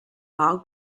all